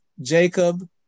Jacob